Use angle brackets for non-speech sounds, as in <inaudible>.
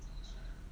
<breath>